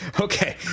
Okay